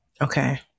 Okay